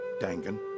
Dangan